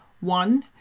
One